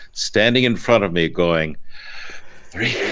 standing in front of me going three,